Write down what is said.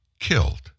Killed